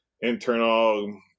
internal